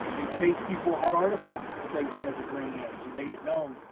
in case people had artifacts that they wanted to bring in and we made it known,